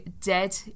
dead